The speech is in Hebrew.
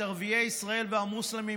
את ערביי ישראל והמוסלמים,